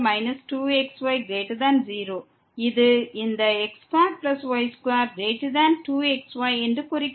இது இந்த x2y22xy என்று குறிக்கிறது